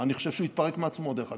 אני חושב שהוא יתפרק מעצמו, דרך אגב.